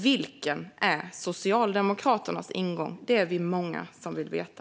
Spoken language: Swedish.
Vilken är Socialdemokraternas ingång? Det är vi många som vill veta.